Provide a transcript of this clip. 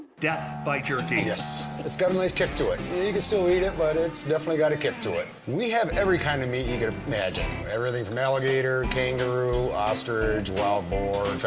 death by jerky. yes it's gotta nice kick to it. you can still eat it but it's definitely gotta kick to it. we have every kind of meat you can imagine. everything from alligator, kangaroo, ostrich, wild boar,